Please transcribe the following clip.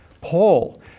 Paul